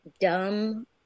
dumb